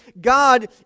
God